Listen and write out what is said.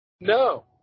No